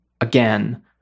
again